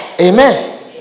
Amen